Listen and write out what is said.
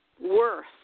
worth